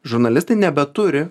žurnalistai nebeturi